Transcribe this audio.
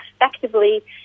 effectively